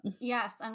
Yes